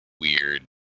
weird